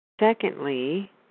secondly